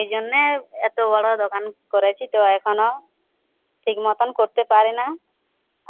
এই জন্যে এত বড় দোকান করেছি তো এখনও ঠিক মতন করতে পারিনা